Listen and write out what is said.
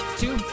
two